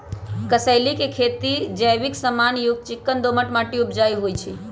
कसेलि के खेती लेल जैविक समान युक्त चिक्कन दोमट माटी उपजाऊ होइ छइ